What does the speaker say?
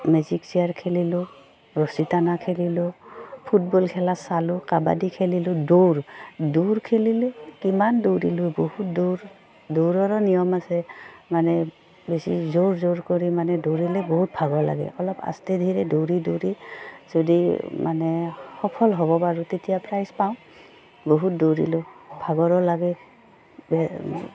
music chair খেলিলোঁ ৰছী টানা খেলিলোঁ ফুটবল খেলা চালোঁ কাবাডী খেলিলোঁ দৌৰ দৌৰ খেলিলে কিমান দৌৰিলোঁ বহুত দৌৰ দৌৰাৰো নিয়ম আছে মানে বেছি জোৰ জোৰ কৰি মানে দৌৰিলে বহুত ভাগৰ লাগে অলপ আচতে ধীৰে দৌৰি দৌৰি যদি মানে সফল হ'ব পাৰো তেতিয়া প্ৰাইজ পাওঁ বহুত দৌৰিলোঁ ভাগৰো লাগে